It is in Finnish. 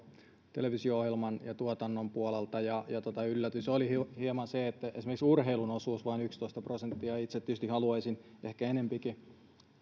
televisio ohjelmien ja tuotannon puolella ja se oli hieman yllätys että esimerkiksi urheilun osuus on vain yksitoista prosenttia itse tietysti haluaisin ehkä enempikin